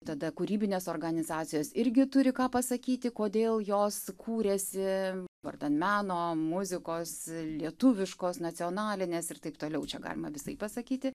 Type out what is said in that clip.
tada kūrybinės organizacijos irgi turi ką pasakyti kodėl jos kūrėsi vardan meno muzikos lietuviškos nacionalinės ir taip toliau čia galima visaip pasakyti